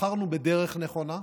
בחרנו בדרך נכונה,